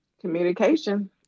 Communication